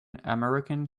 american